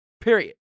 Period